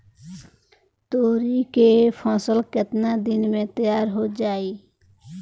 तोरी के फसल केतना दिन में तैयार हो जाई?